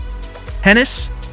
Hennis